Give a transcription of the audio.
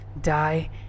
die